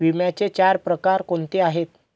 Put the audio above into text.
विम्याचे चार प्रकार कोणते आहेत?